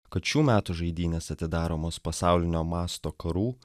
kad šių metų žaidynės atidaromos pasaulinio masto karų